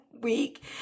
week